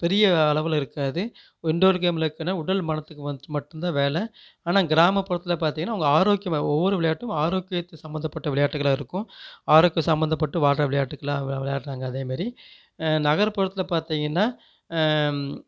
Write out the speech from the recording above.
பெரிய அளவில் இருக்காது இன்டோர் கேமில் இருக்கற உடல் மனத்துக்கு வந்துட்டு மட்டும் தான் வேலை ஆனால் கிராமப்புறத்தில் பார்த்தீங்கன்னா அவங்க ஆரோக்கியமாக ஒவ்வொரு விளையாட்டும் ஆரோக்கியத்தை சம்மந்தப்பட்ட விளையாட்டுகளாக இருக்கும் ஆரோக்கியம் சம்மந்தப்பட்டு வாழ்கிற விளையாட்டுகளாக விளை விளையாடுகிறாங்க அதேமாரி நகர்ப்புறத்தில் பார்த்தீங்கன்னா